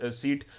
seat